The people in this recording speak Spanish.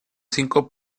cinco